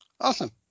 Awesome